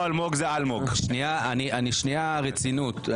שנייה, ברצינות.